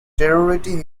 territory